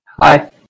hi